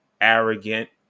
arrogant